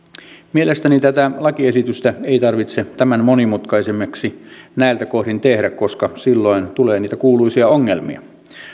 mielestäni tätä lakiesitystä ei tarvitse tämän monimutkaisemmaksi näiltä kohdin tehdä koska silloin tulee niitä kuuluisia ongelmia